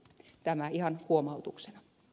tämä ihan huomautuksena